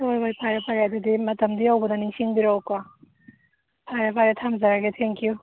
ꯍꯣꯏ ꯍꯣꯏ ꯐꯔꯦ ꯐꯔꯦ ꯑꯗꯨꯗꯤ ꯃꯇꯝꯗꯨ ꯌꯧꯕꯗ ꯅꯤꯡꯁꯤꯡꯕꯤꯔꯛꯎꯀꯣ ꯐꯔꯦ ꯐꯔꯦ ꯊꯝꯖꯔꯒꯦ ꯊꯦꯡꯛ ꯌꯨ